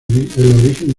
origen